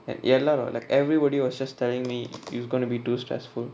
and எல்லாரு:ellaru like everybody was just telling me it's going to be too stressful